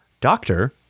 Doctor